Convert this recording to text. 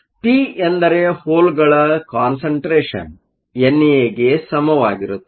ಆದ್ದರಿಂದಪಿ ಎಂದರೆ ಹೋಲ್Holeಗಳ ಕಾನ್ಸಂಟ್ರೇಷನ್Concentration ಎನ್ಎಗೆ ಸಮವಾಗಿರುತ್ತದೆ